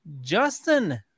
Justin